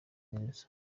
neza